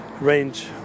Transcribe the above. range